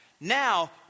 Now